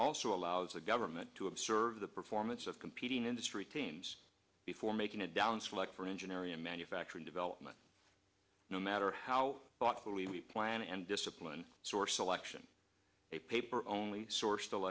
also allows the government to observe the performance of competing industry teams before making it down select for engineering and manufacturing development no matter how thoughtful we plan and discipline source selection a paper only source